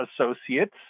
Associates